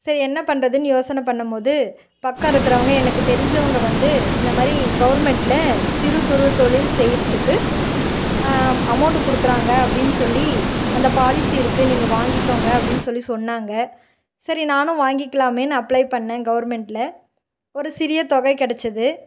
சரி என்ன பண்ணுறதுன்னு யோசனை பண்ணும்போது பக்கம் இருக்கிறவங்க எனக்கு தெரிஞ்சவங்க வந்து இந்த மாதிரி கவுர்மெண்ட்டில் சிறு குறு தொழில் செய்கிறதுக்கு அமௌண்டு கொடுக்குறாங்க அப்படின்னு சொல்லி அந்த பாலிசி இருக்குது நீங்கள் வாங்கிக்கோங்க அப்படின்னு சொல்லி சொன்னாங்க சரி நானும் வாங்கிக்கலாமேன்னு அப்ளை பண்ணேன் கவுர்மெண்ட்டில் ஒரு சிறிய தொகை கிடைச்சிது